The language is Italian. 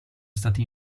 stato